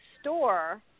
store